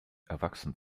erwachsen